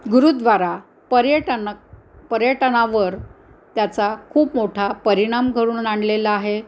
गुरुद्वारा पर्यटन पर्यटनावर त्याचा खूप मोठा परिणाम घडून आणलेला आहे